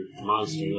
monster